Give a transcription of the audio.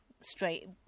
straight